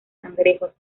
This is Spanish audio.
cangrejos